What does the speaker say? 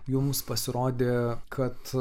jums pasirodė kad